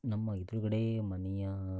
ನಮ್ಮ ಎದುರುಗಡೆ ಮನೆಯ